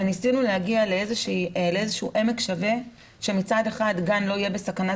וניסינו להגיע לאיזשהו עמק שווה שמצד אחד גן לא יהיה בסכנת